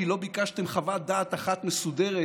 כי לא ביקשתם חוות דעת אחת מסודרת